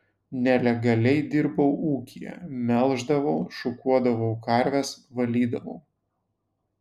nelegaliai dirbau ūkyje melždavau šukuodavau karves valydavau